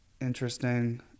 interesting